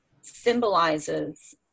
symbolizes